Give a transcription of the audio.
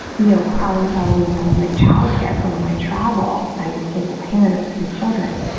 you know, problem solving around like childcare for when i travel, i was single parent of three children.